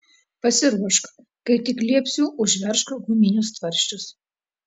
pasiruošk kai tik liepsiu užveržk guminius tvarsčius